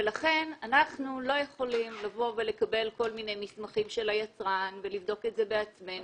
לכן אנחנו לא יכולים לקבל כל מיני מסמכים של היצרן ולבדוק את זה בעצמנו,